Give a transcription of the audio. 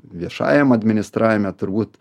viešajam administravime turbūt